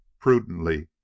prudently